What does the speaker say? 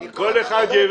רגע אחד.